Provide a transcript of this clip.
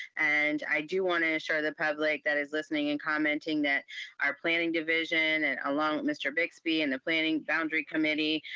and i do want to assure the public that is listening and commenting that our planning division, and along with mr. bixby and the planning boundary committee,